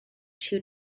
two